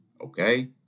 Okay